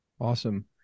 Awesome